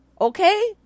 Okay